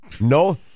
No